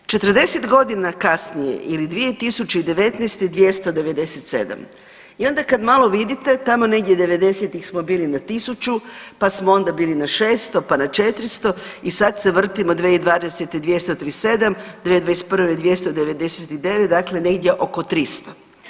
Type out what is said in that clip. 40 godina kasnije ili 2019. 297 i onda kad malo vidite tamo negdje devedesetih smo bili na 1000, pa smo onda bili na 600, pa na 400 i sad se vrtimo 2020. 237, 2021. 299 dakle negdje oko 300.